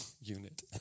unit